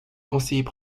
conseiller